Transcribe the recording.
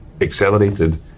accelerated